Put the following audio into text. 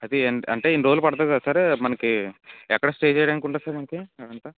అది ఎ అంటే ఇన్ని రోజు పడతుందా కదా సార్ మనకు ఎక్కడ స్టే చేయడానికి ఉండదు సార్ మనకు అంత